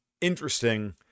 interesting